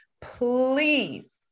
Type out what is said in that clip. Please